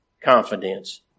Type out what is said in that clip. confidence